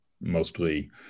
mostly